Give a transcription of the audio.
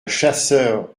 chasseur